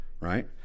right